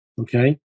Okay